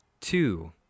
two